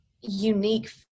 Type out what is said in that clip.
unique